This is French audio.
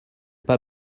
pas